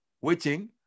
waiting